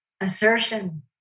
assertion